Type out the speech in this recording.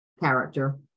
character